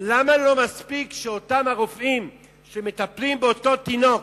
למה לא מספיק שאותם רופאים שמטפלים באותו תינוק